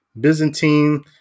Byzantine